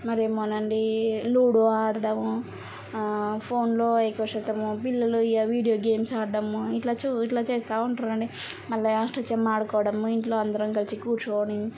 మరి ఏమో నండి లూడో ఆడడము ఫోన్లో ఎక్కువ శబ్దము పిల్లలు ఇవి వీడియో గేమ్స్ ఆడడం ఇట్లా చూ ఇట్లా చేస్థూ ఉంటారండీ మళ్ళీ అష్టచమ్మ ఆడుకోవడం ఇంట్లో అందరం కలిసి కూర్చొని